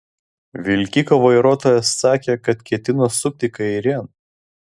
vilkiko vairuotojas sakė kad ketino sukti kairėn